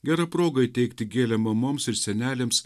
gera proga įteikti gėlę mamoms ir senelėms